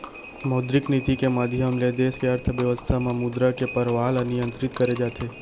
मौद्रिक नीति के माधियम ले देस के अर्थबेवस्था म मुद्रा के परवाह ल नियंतरित करे जाथे